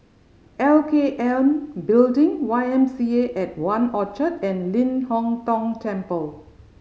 L K N Building Y M C A at One Orchard and Ling Hong Tong Temple